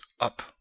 up